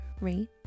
rate